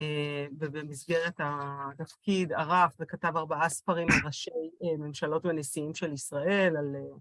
ובמסגרת התפקיד ערך וכתב ארבעה ספרים לראשי ממשלות ונשיאים של ישראל, על